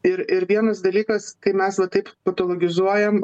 ir ir vienas dalykas kai mes va taip patologizuojam